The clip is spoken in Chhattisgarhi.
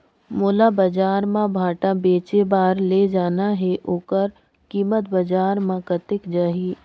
मोला बजार मां भांटा बेचे बार ले जाना हे ओकर कीमत बजार मां कतेक जाही?